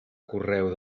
correu